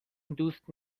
دوست